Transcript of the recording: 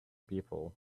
people